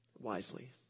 wisely